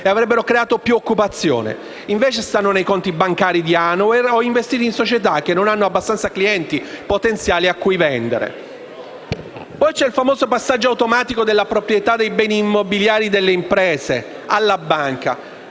e avrebbero creato più occupazione. Questi soldi stanno invece nei conti bancari di Hanauer o investiti in società che non hanno abbastanza clienti potenziali a cui vendere. C'è poi il famoso passaggio automatico della proprietà dei beni immobiliari delle imprese alla banca,